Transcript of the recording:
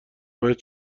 باید